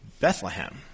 Bethlehem